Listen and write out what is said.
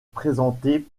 présenté